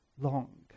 long